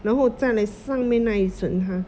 然后再来上面那一层